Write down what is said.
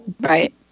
Right